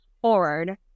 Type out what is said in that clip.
forward